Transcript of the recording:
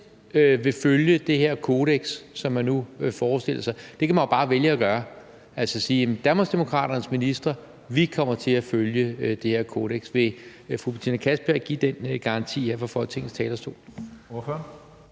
vil følge det her kodeks, som man nu forestiller sig. Det kan man jo bare vælge at gøre, altså sige, at Danmarksdemokraternes ministre kommer til at følge det her kodeks. Vil fru Betina Kastbjerg give den garanti her fra Folketingets talerstol? Kl.